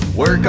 Work